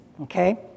okay